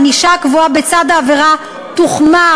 הענישה הקבועה בצד העבירה תוחמר.